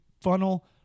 funnel